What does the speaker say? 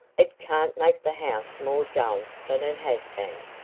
it can't make the house more dull than it has been.